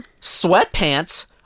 sweatpants